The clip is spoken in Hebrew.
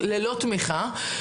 האופוזיציה.